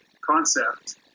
concept